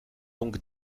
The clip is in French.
donc